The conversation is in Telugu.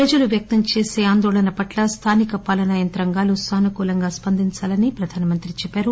ప్రజలు వ్యక్తం చేసే ఆందోళన పట్ల స్దానిక పాలనాయంత్రాంగాలు సానుకూలంగా స్పందించాలని ప్రధానమంత్రి చెప్పారు